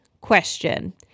question